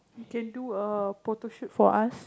you can do a photoshoot for us